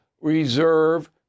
reserve